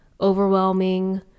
overwhelming